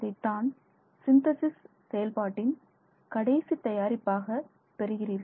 இதைத்தான் சிந்தேசிஸ் செயல்பாட்டின் கடைசி தயாரிப்பாக பெறுகிறீர்கள்